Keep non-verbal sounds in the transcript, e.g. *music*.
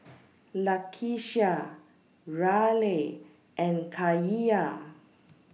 *noise* Lakeshia Raleigh and Kaia